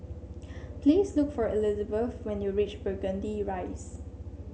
please look for Elisabeth when you reach Burgundy Rise